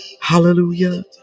Hallelujah